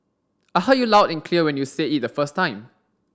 I heard you loud and clear when you said it the first time